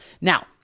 Now